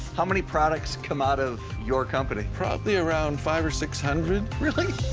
how many products come out of your company? probably around five or six hundred. really?